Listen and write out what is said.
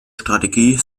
strategie